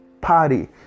party